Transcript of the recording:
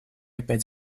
опять